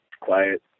quiet